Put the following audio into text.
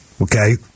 okay